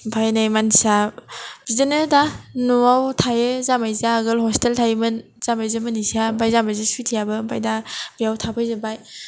ओमफ्राय नै मानसिया बिदिनो दा न'वाव थायो जामाइजोआ आगोल हस्तेल थायोमोन जामाइजो मनिसाया जामाइजो सुइतियाबो ओमफ्राय दा बियाव थाफैजोबबाय